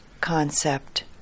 concept